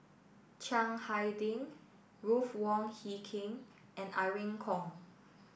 Chiang Hai Ding Ruth Wong Hie King and Irene Khong